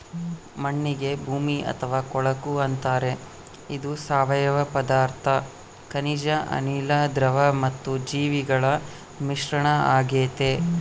ಮಣ್ಣಿಗೆ ಭೂಮಿ ಅಥವಾ ಕೊಳಕು ಅಂತಾರೆ ಇದು ಸಾವಯವ ಪದಾರ್ಥ ಖನಿಜ ಅನಿಲ, ದ್ರವ ಮತ್ತು ಜೀವಿಗಳ ಮಿಶ್ರಣ ಆಗೆತೆ